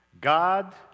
God